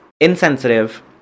insensitive